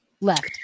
Left